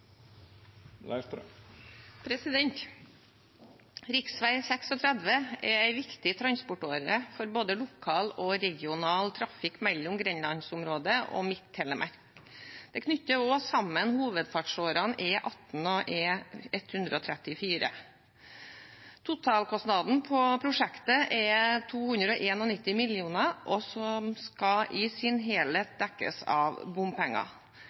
er en viktig transportåre for både lokal og regional trafikk mellom Grenlandsområdet og Midt-Telemark. Den knytter også sammen hovedferdselsårene E18 og E134. Totalkostnaden for prosjektet er 291 mill. kr og skal i sin helhet dekkes av bompenger.